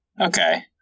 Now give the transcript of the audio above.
Okay